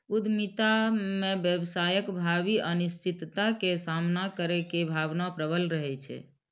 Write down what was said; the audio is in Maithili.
उद्यमिता मे व्यवसायक भावी अनिश्चितता के सामना करै के भावना प्रबल रहै छै